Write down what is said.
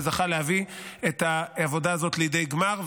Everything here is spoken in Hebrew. שזכה להביא את העבודה הזו לידי גמר,